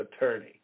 attorney